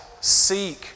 seek